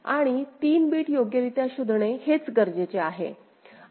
आणि 3 बिट योग्यरित्या शोधणे हेच गरजेचे आहे